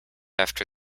after